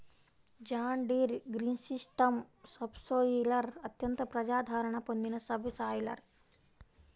John Deere green system subsoiler అత్యంత ప్రజాదరణ పొందిన సబ్ సాయిలర్